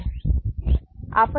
Y' X' Y' X